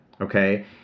okay